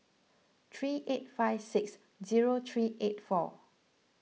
three eight five six zero three eight four